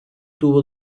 tuvo